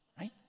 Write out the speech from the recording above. right